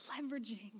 leveraging